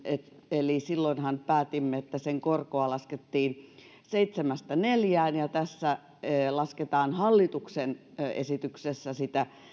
eli silloinhan päätimme että sen korkoa laskettiin seitsemästä neljään ja tässä hallituksen esityksessä lasketaan sitä